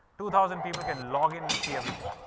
two thousand people can log in and see everything.